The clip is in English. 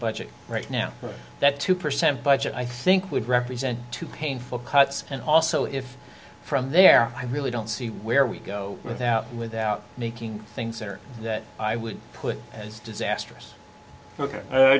budget right now that two percent budget i think would represent two painful cuts and also if from there i really don't see where we go without without making things that are that i would put as disastrous ok